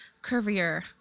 curvier